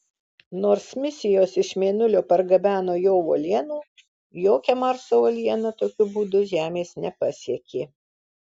nors misijos iš mėnulio pargabeno jo uolienų jokia marso uoliena tokiu būdu žemės nepasiekė